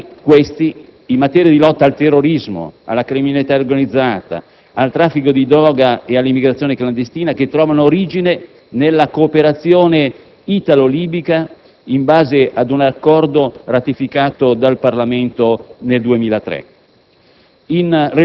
Risultati, questi, in materia di lotta al terrorismo, alla criminalità organizzata, al traffico di droga e all'immigrazione clandestina, che trovano origine nella cooperazione italo-libica in base ad un accordo ratificato dal Parlamento nel 2003.